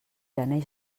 gener